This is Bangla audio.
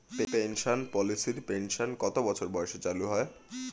পেনশন পলিসির পেনশন কত বছর বয়সে চালু হয়?